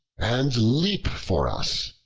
and leap for us.